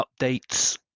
updates